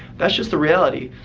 that's just the reality.